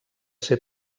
ser